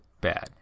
Bad